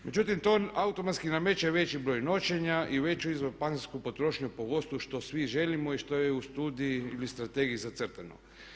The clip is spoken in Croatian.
Međutim, to automatski nameće veći broj noćenja i veću izvan … potrošnju po gostu što vi želimo i što je u studiji ili strategiji zacrtano.